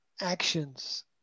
actions